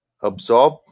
absorb